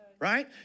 Right